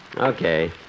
Okay